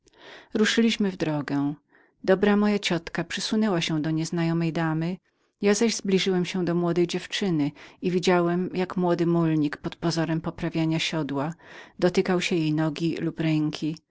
ruszyliśmy w drogę dobra moja ciotka przysunęła się do podeszłej damy ja zaś zbliżyłem się do młodej dziewczyny i widziałem jak młody mulnik pod pozorem poprawiania siodła dotykał się jej nogi lub ręki